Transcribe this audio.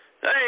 Hey